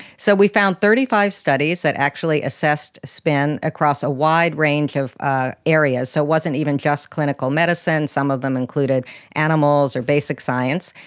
so we found thirty five studies that actually assessed spin across a wide range of ah areas. so it wasn't even just clinical medicine, some of them included animals or basic science.